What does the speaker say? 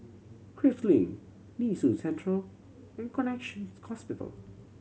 Prinsep Link Nee Soon Central and Connexion Hospital